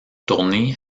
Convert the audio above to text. tournée